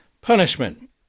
Punishment